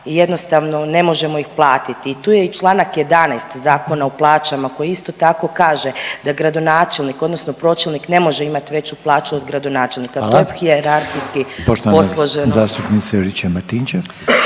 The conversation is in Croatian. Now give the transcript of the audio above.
i jednostavno ne možemo ih platiti. I tu je i čl. 11. Zakona o plaćama koji isto tako kaže da gradonačelnik odnosno pročelnik ne može imat veću plaću od gradonačelnika…/Upadica Reiner: